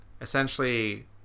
essentially